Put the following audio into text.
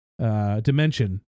Dimension